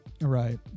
Right